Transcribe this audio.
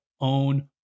own